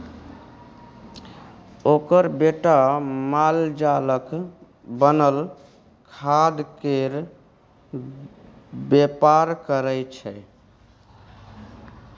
ओकर बेटा मालजालक बनल खादकेर बेपार करय छै